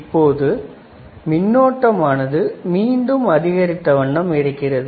இப்போது மின்னோட்டம் ஆனது மீண்டும் அதிகரித்த வண்ணம் இருக்கிறது